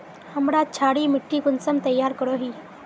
हमार क्षारी मिट्टी कुंसम तैयार करोही?